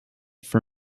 for